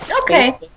Okay